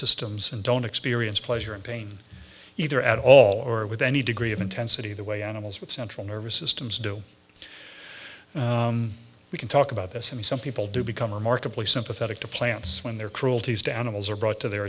systems and don't experience pleasure and pain either at all or with any degree of intensity the way animals with central nervous systems do we can talk about this and some people do become remarkably sympathetic to plants when their cruelty to animals are brought to their